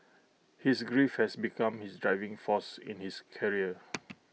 his grief has become his driving force in his career